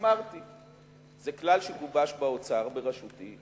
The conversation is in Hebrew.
אמרתי שזה כלל שגובש באוצר בראשותי,